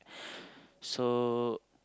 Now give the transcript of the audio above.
so